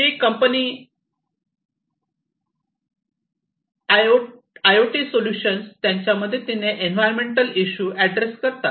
he company I O T solutions त्याच्या मदतीने environmental issue address करतात